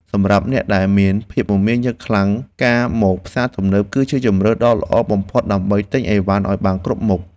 សម្រាប់អ្នកដែលមានភាពមមាញឹកខ្លាំងការមកផ្សារទំនើបគឺជាជម្រើសដ៏ល្អបំផុតដើម្បីទិញអីវ៉ាន់ឱ្យបានគ្រប់មុខ។